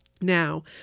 Now